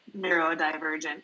neurodivergent